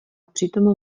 přitom